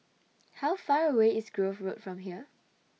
How Far away IS Grove Road from here